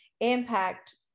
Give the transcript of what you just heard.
impact